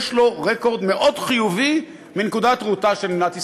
יש לו רקורד מאוד חיובי מנקודת ראותה של מדינת ישראל.